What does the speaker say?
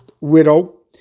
widow